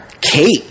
Kate